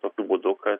tokiu būdu kad